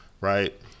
right